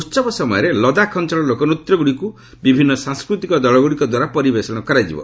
ଉତ୍ସବ ସମୟରେ ଲଦାଖ ଅଞ୍ଚଳର ଲୋକନୃତ୍ୟଗୁଡ଼ିକୁ ବିଭିନ୍ନ ସାଂସ୍କୃତିକ ଦଳଗୁଡ଼ିକ ଦ୍ୱାରା ପରିବେଷଣ କରାଯିବ